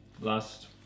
last